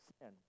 sin